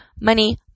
money